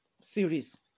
series